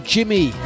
Jimmy